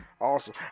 awesome